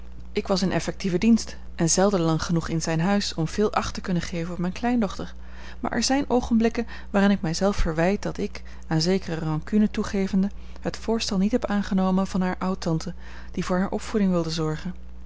ik was in effectieven dienst en zelden lang genoeg in zijn huis om veel acht te kunnen geven op mijne kleindochter maar er zijn oogenblikken waarin ik mij zelf verwijt dat ik aan zekere rancune toegevende het voorstel niet heb aangenomen van hare oud-tante die voor hare opvoeding wilde zorgen